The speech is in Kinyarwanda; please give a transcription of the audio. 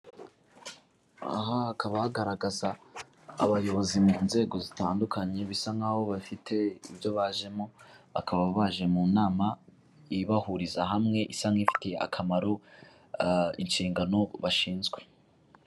Aha hakaba hagaragaza abayobozi mu nzego zitandukanye bisa nkaho bafite ibyo bajemo, bakaba baje mu nama ibahuriza hamwe isa nk'ifitiye akamaro inshingano bashinzwe.